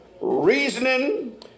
reasoning